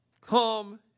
come